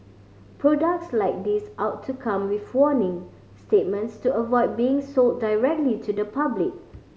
products like these ought to come with warning statements to avoid being sold directly to the public